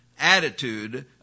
attitude